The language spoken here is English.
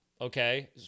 Okay